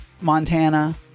Montana